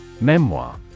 Memoir